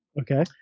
Okay